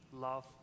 love